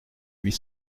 huit